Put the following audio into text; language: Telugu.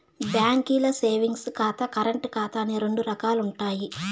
బాంకీల్ల సేవింగ్స్ ఖాతా, కరెంటు ఖాతా అని రెండు రకాలుండాయి